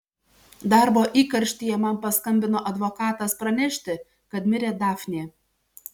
darbo įkarštyje man paskambino advokatas pranešti kad mirė dafnė